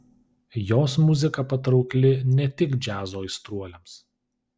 jos muzika patraukli ne tik džiazo aistruoliams